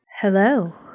hello